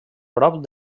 prop